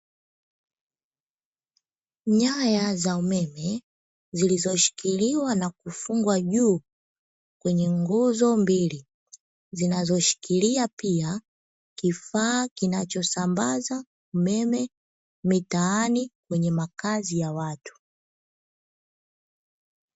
Nyaya za umeme zilizoshikiliwa na kufungwa juu kwenye nguzo mbili zinazoshikilia pia kifaa kinachosambaza umeme mitaani kwenye makazi ya watu.